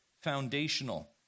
foundational